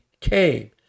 came